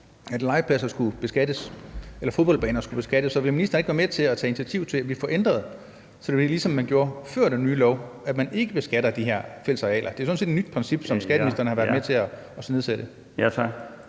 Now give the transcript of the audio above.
at legepladser eller fodboldbaner skulle beskattes. Så vil ministeren ikke være med til at tage initiativ til, at vi får ændret det, så det bliver sådan, som det var før den nye lov, nemlig at man ikke beskattede de fællesarealer? Det er sådan set et nyt princip, som skatteministeren har været med til at knæsætte.